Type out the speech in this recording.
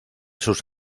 sus